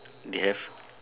they have